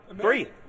three